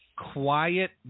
Quiet